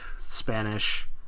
Spanish